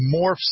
morphs